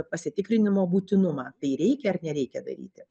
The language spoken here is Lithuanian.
pasitikrinimo būtinumą tai reikia ar nereikia daryti